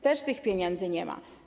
Też tych pieniędzy nie ma.